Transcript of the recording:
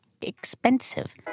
Expensive